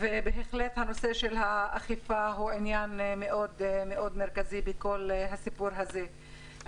נושא האכיפה הוא עניין מאוד מרכזי בכל הסיפור הזה.